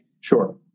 Sure